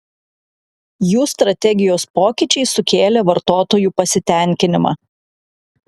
jų strategijos pokyčiai sukėlė vartotojų pasitenkinimą